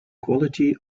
quality